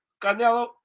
Canelo